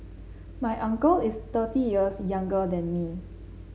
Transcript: my uncle is thirty years younger than me